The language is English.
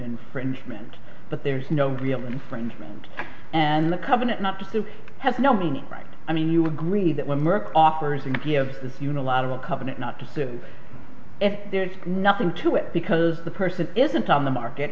infringement but there's no real infringement and the covenant not to sue has no meaning right i mean you agree that when merck offers and gives this unilateral covenant not to sue if there's nothing to it because the person isn't on the market